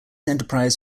enterprise